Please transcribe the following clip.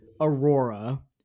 Aurora